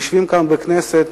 יושבים כאן בכנסת